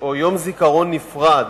או יום זיכרון נפרד